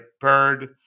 Bird